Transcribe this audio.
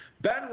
Ben